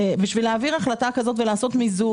בשביל להעביר החלטה כזאת ולעשות מיזוג,